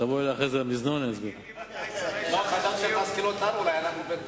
תבוא אלי אחרי זה למזנון, אני אסביר לך.